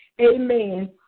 amen